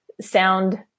sound